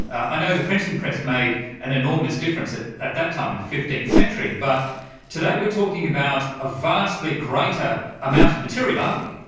i know the printing press made an enormous difference at that that time in the fifteenth century, but today we're talking about a vastly greater amount of material, aren't we.